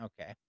okay